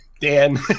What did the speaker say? Dan